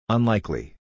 Unlikely